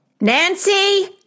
Nancy